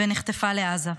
ונחטפה לעזה.